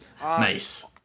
Nice